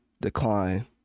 decline